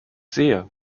sehe